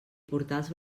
portals